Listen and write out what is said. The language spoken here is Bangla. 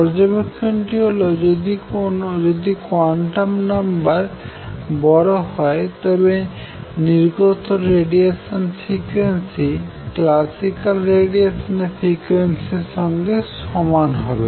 পর্যবেক্ষণটি হলো যদি কোয়ান্টাম নম্বর বড় হয় তবে নির্গত রেডিয়েশনের ফ্রিকুয়েন্সি ক্লাসিক্যাল রেডিয়েশনের ফ্রিকোয়েন্সির সঙ্গে সমান হবে